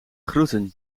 groeten